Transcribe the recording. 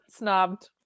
snobbed